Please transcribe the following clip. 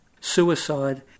suicide